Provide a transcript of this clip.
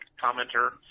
commenter